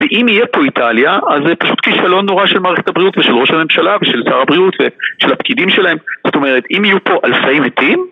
ואם יהיה פה איטליה, אז זה פשוט כישלון נורא של מערכת הבריאות ושל ראש הממשלה ושל שר הבריאות ושל הפקידים שלהם. זאת אומרת אם יהיו פה אלפיים מתים